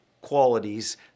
qualities